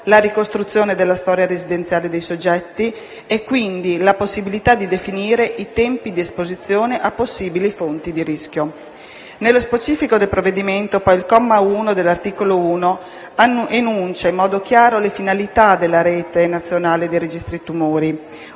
la ricostruzione della storia residenziale dei soggetti e quindi la possibilità di definire i tempi di esposizione a possibili fonti di rischio. Nello specifico del provvedimento, il comma 1 dell'articolo 1 enuncia in modo chiaro le finalità della rete nazionale dei registri tumori,